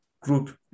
group